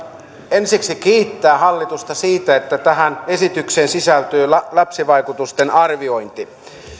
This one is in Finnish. ensiksi kiittää hallitusta siitä että tähän esitykseen sisältyy lapsivaikutusten arviointi